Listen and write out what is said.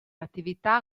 attività